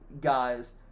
guys